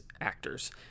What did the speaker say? actors